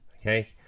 Okay